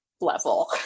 level